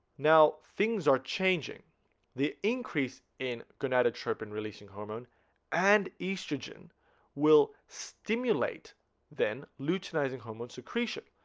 now things are changing the increase in gonadotropin releasing hormone and estrogen will stimulate then luteinizing hormone secretion